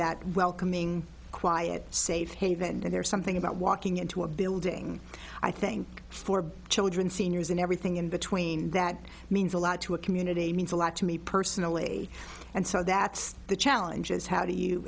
that welcoming quiet safe haven and there's something about walking into a building i think for children seniors and everything in between that means a lot to a community means a lot to me personally and so that's the challenge is how do you